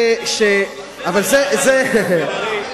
חבר הכנסת בן-ארי,